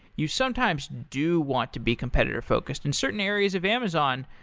you sometimes do want to be competitor-focused. in certain areas of amazon,